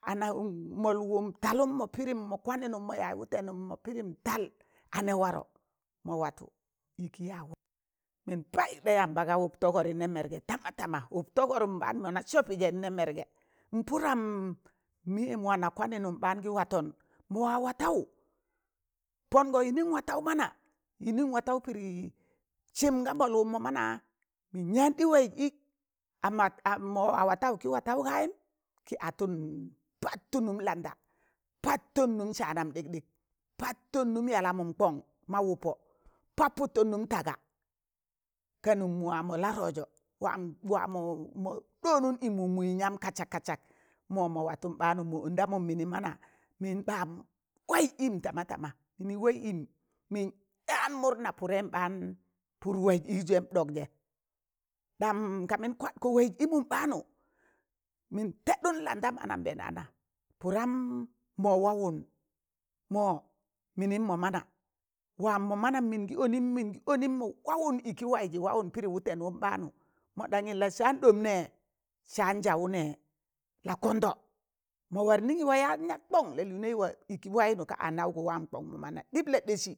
anamọl wụm talụm mọ pịdịm mọ kwanịn mọ yaaz wụtẹnụm mịn pịdịm tal anị warọ ma watu ịkị yag waizị mịn payụk da yamba ka wụp togọrị ɓaan mọ na sọpị zẹ anị mẹrgẹ n pụdọm mịyẹm wana kwanịnịn baan gị watọn maga watawu pongọ yịnịn wataụ mana yịnịn wataụ pịdị sịm ga mọlwụ mọ mana yịn yaan ɗị waịz ịk am mọ wọ watawụ kị wataụ gayịm kị atau pattụ nụm landa, pattụm nụn saanan ɗịkɗịk, pattụn nụm yalamụn kọng ma wụpọ, paputọn nụm taga, ka nụm wama la rọza wawamọ ɗoonum ịmụ minya kasak kazak. Mọ mọ watụn ɓaanzẹ ondamun mịnịn mana mịn ɓa waịzẹ ịmụ tamatama mịnị waị ịmụ mịn yaan murna pudẹị ɓaan pụrụ waịz ịk zẹm ɗọk zẹ, ɗam kamịn kwakọ waịz ịmụn ɓaanụ mịn tẹɗụn landam anambẹẹnana pụran mọ wa wawụn mọ mịnim mọ mana wamọ manụ mịngị ọnịm mịngị ọnịm mọ wa wụyọ ịkị waịzị wawụn pịdị wụtẹn wụm ɓaanụ, mọ ɗanyị la saan ɗọm nẹ, saan jau nẹ, la kọndọ, mọ war nịnyị wa yaan yat kọn la lịịnẹị ịkị waịnu ka anaụgụ wam kọng tị mana ɗịb la ɗesị,